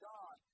God